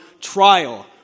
trial